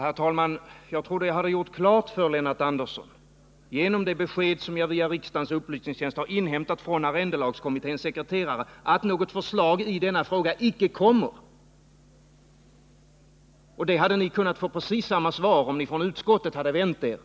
Herr talman! Jag trodde jag hade gjort klart för Lennart Andersson, genom det besked som jag via riksdagens upplysningstjänst har inhämtat från arrendelagskommitténs sekreterare, att något förslag i denna fråga icke kommer. Om ni från utskottet hade vänt er